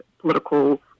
political